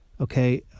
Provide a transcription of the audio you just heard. Okay